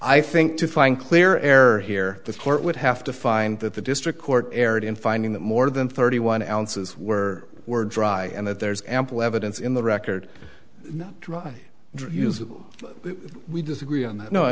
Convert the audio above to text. i think to find clear error here the court would have to find that the district court erred in finding that more than thirty one ounces were were dry and that there's ample evidence in the record dry drug use we disagree on that no